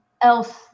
else